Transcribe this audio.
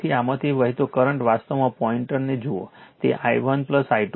તેથી આમાંથી વહેતો કરંટ વાસ્તવમાં પોઇન્ટરને જુઓ તે i1 i2 છે